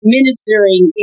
Ministering